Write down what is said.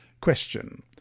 Question